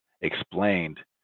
explained